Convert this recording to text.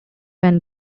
van